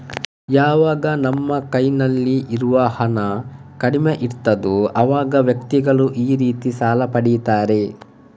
ಯಾವಾಗ ನಮ್ಮ ಕೈನಲ್ಲಿ ಇರುವ ಹಣ ಕಡಿಮೆ ಇರ್ತದೋ ಅವಾಗ ವ್ಯಕ್ತಿಗಳು ಈ ರೀತಿ ಸಾಲ ಪಡೀತಾರೆ